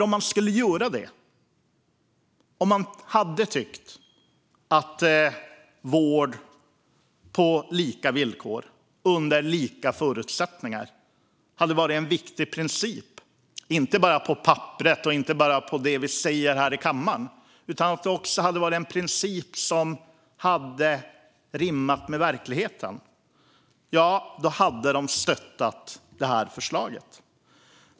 Om de hade tyckt att vård på lika villkor och med lika förutsättningar är en viktig princip, inte bara på papperet och som något vi säger här i kammaren utan en princip som hade rimmat med verkligheten, hade de nämligen stöttat det här förslaget.